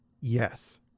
Yes